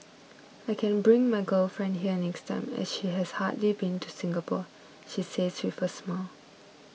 I can bring my girlfriend here next time as she has hardly been to Singapore he says with a smile